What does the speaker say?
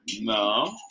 No